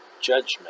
judgment